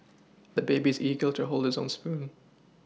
the baby is eager to hold his own spoon